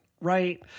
right